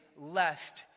left